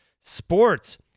sports